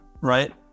Right